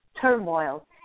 turmoil